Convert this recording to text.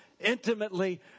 Intimately